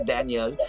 Daniel